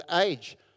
age